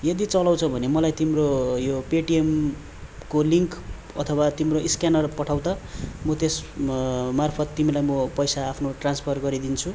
यदि चलाउँछौ भने मलाई तिम्रो यो पेटिएमको लिङ्क अथवा तिम्रो स्क्यानर पठाउ त म त्यस मार्फत तिमीलाई म पैसा आफ्नो ट्रान्सफर गरिदिन्छु